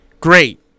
Great